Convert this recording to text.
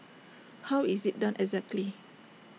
how is IT done exactly